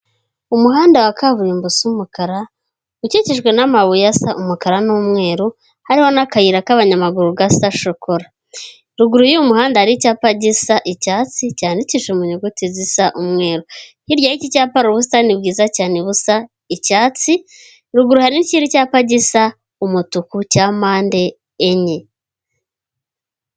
Umuhanda wa kaburimbo usa umukara ukikijwe n'amabuye asa umukara n'umweru hariho n'akayira k'abanyamaguru gasa shokora, ruguru y'umuhanda hari icyapa gisa icyatsi cyandikishije mu nyuguti zisa umweru, hirya y'iki cyapa hari ubusitani bwiza cyane busa icyatsi, ruguru hariyo ikindi cyapa gisa umutuku cya mpande enye.